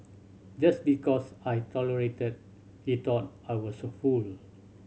just because I tolerated he thought I was a fool